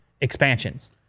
expansions